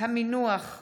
מעמדה